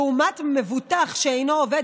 לעומת מבוטח שאינו עובד,